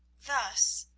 thus,